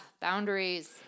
boundaries